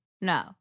no